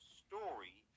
story